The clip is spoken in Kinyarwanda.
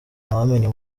ntawamenya